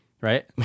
right